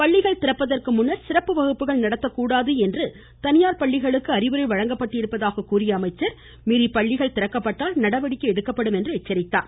பள்ளிகள் திறப்பதற்கு முன்னர் சிறப்பு வகுப்புகள் நடத்தக்கூடாது என்று தனியார் பள்ளிகளுக்கு அறிவுரை வழங்கப்பட்டிருப்பதாக கூறிய அவர் மீறி பள்ளிகள் திறக்கப்பட்டால் நடவடிக்கை எடுக்கப்படும் என்று எச்சரித்தார்